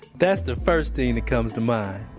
that's the first thing that comes to mind,